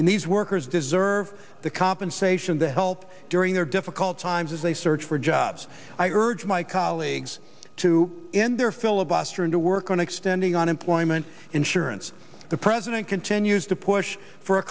in these workers deserve the compensation to help during their difficult times as they search for job bob's i urge my colleagues to end their filibuster and to work on extending unemployment insurance the president continues to push for